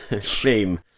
shame